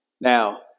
Now